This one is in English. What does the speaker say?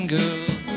girl